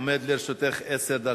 עומדות לרשותך עשר דקות.